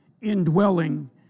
indwelling